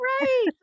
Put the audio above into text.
right